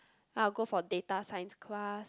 then I'll go for data science class